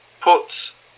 puts